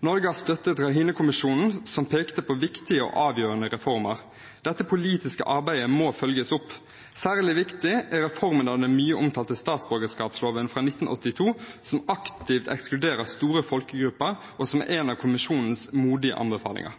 Norge har støttet Rakhine-kommisjonen, som pekte på viktige og avgjørende reformer. Dette politiske arbeidet må følges opp. Særlig viktig er reformen av den mye omtalte statsborgerskapsloven fra 1982, som aktivt ekskluderer store folkegrupper, og som er en av kommisjonens modige anbefalinger.